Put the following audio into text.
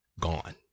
gone